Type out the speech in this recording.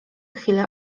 chwilę